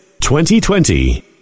2020